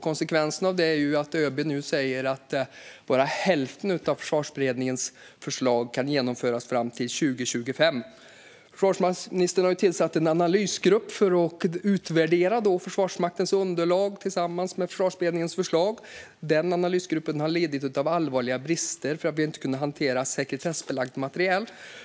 Konsekvensen är att ÖB nu säger att bara hälften av Försvarsberedningens förslag kan genomföras fram till 2025. Försvarsministern har ju tillsatt en analysgrupp för att utvärdera Försvarsmaktens underlag tillsammans med Försvarsberedningens förslag. Den analysgruppen har lidit av allvarliga brister som att inte kunna hantera sekretessbelagt material.